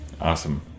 Awesome